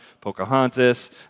Pocahontas